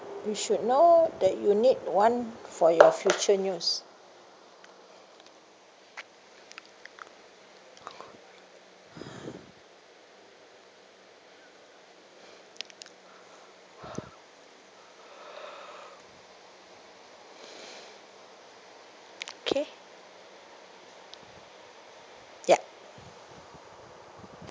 you should know that you need one for your future use ya okay ya